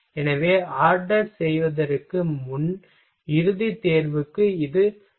எனவே ஆர்டர் செய்வதற்கு முன் இறுதித் தேர்வுக்கு இது ஒரு சார்புடையதாக இருக்கும் சரி